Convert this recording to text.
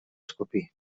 escopir